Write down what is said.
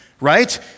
right